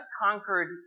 conquered